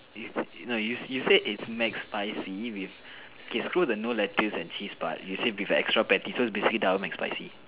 it's no you you said it's Mac spicy with okay screw the no lettuce and cheese part you say with a extra patty so it's basically double Mac spicy